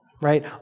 right